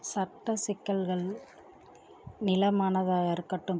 சட்ட சிக்கல்கள் நிலமானதாக இருக்கட்டும்